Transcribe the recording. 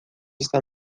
está